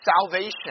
salvation